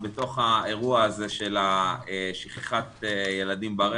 בתוך האירוע הזה של שכחת ילדים ברכב,